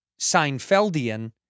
Seinfeldian